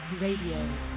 Radio